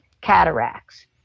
cataracts